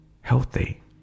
healthy